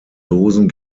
dosen